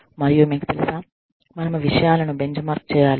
మరియు మీకు తెలుసా మనము విషయాలను బెంచ్ మార్క్ చేయాలి